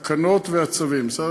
התקנות והצווים, בסדר?